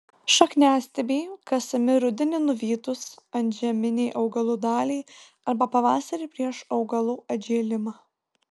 šakniastiebiai kasami rudenį nuvytus antžeminei augalų daliai arba pavasarį prieš augalų atžėlimą